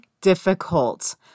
difficult